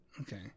Okay